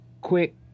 quick